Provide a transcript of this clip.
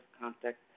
contact